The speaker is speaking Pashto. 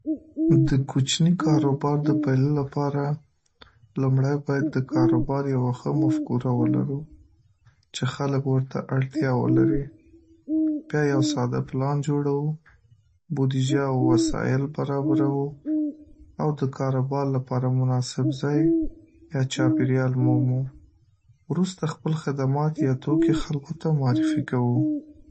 د یو کوچني کاروبار د پیل لپاره، لومړی باید د کاروبار یوه ښه مفکوره ولرو چې خلک ورته اړتیا ولري بیا یو ساده پلان جوړو، بودیجه او وسایل برابروو، او د کاروبار لپاره مناسب ځای یا چاپېریال مومو، وروسته، خپل خدمات یا توکي خلکو ته معرفي کوو.